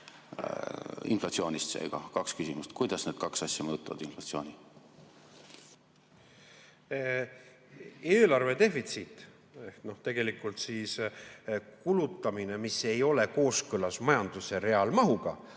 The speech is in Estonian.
Inflatsioonist seega kaks küsimust: kuidas need kaks asja mõjutavad inflatsiooni? Eelarve defitsiit ehk tegelikult kulutamine, mis ei ole kooskõlas majanduse reaalmahuga,